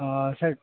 sir